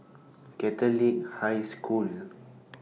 Catelic High School